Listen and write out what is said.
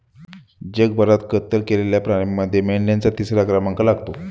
जगभरात कत्तल केलेल्या प्राण्यांमध्ये मेंढ्यांचा तिसरा क्रमांक लागतो